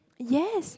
yes